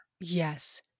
Yes